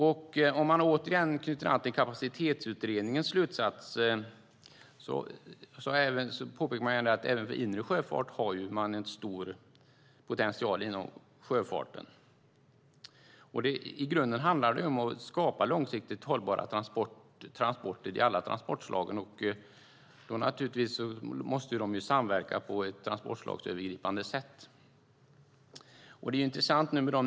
Om man knyter an till Kapacitetsutredningens slutsats påpekar man att det finns en stor potential även för inre sjöfart. I grunden handlar det om att skapa långsiktigt hållbara transporter i alla transportslagen, och då måste de naturligtvis samverka på ett transportslagsövergripande sätt.